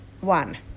one